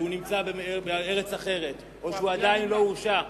אם הוא נמצא בארץ אחרת או שהוא עדיין לא הורשע,